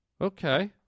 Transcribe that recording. Okay